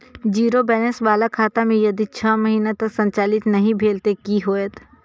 Zero balance बाला खाता में यदि छः महीना तक संचालित नहीं भेल ते कि होयत?